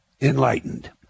enlightened